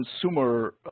consumer